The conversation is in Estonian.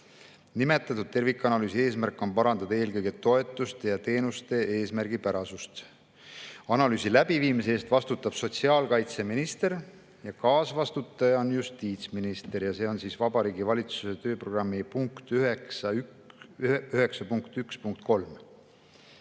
Nimetatud tervikanalüüsi eesmärk on parandada eelkõige toetuste ja teenuste eesmärgipärasust. Analüüsi läbiviimise eest vastutab sotsiaalkaitseminister ja kaasvastutaja on justiitsminister. See on Vabariigi Valitsuse tööprogrammi punkt 9.1.3.